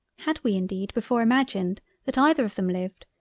had we indeed before imagined that either of them lived,